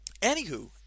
Anywho